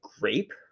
grape